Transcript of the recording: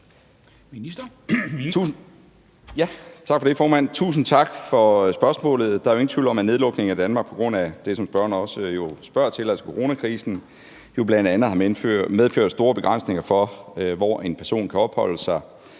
Tak for det, formand. Tusind tak for spørgsmålet. Der er jo ingen tvivl om, at nedlukningen af Danmark på grund af det, som spørgeren også spørger til, altså coronakrisen, bl.a. har medført store begrænsninger for, hvor en person kan opholde sig,